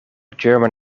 german